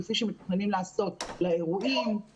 כפי שמתכוונים לעשות לאירועים,